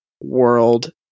world